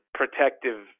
protective